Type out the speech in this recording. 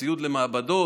ציוד למעבדות,